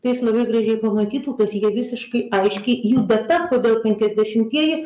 tai jis labai gražiai pamatytų kad jie visiškai aiškiai juda ta kodėl penkiasdešimtieji